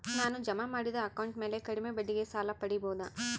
ನಾನು ಜಮಾ ಮಾಡಿದ ಅಕೌಂಟ್ ಮ್ಯಾಲೆ ಕಡಿಮೆ ಬಡ್ಡಿಗೆ ಸಾಲ ಪಡೇಬೋದಾ?